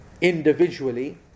individually